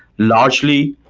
largely,